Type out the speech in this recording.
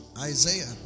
Isaiah